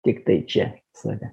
tiktai čia save